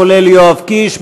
כולל יואב קיש,